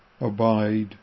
abide